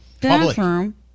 bathroom